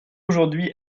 aujourd’hui